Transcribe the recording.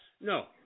No